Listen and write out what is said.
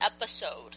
episode